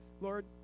Lord